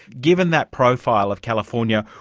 given that profile of california,